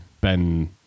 Ben